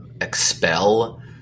expel